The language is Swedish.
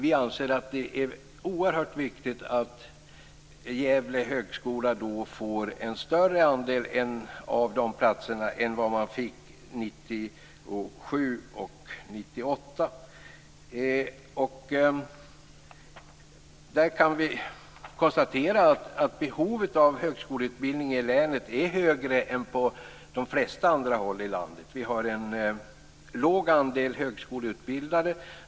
Vi anser att det är oerhört viktigt att Gävle högskola då får en större andel av de platserna än vad man fick 1997 och 1998. Vi kan konstatera att behovet av högskoleutbildning i länet är större än på de flesta anda håll i landet. Vi har en liten andel högskoleutbildade.